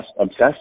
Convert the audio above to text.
obsessed